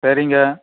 சரிங்க